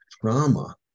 trauma